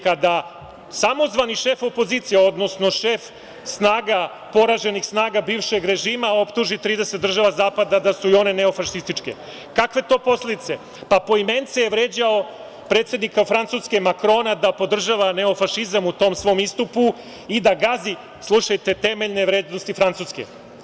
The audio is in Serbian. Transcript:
Kada samozvani šef opozicije, odnosno šef poraženih snaga bivšeg režima optuži 30 država zapada da su i one neofašističke, kakve to posledice, pa poimence je vređao predsednika Francuske, Makrona, da podržava neofašizam u tom svom istupu i da gazi, slušajte, temeljne vrednosti Francuske.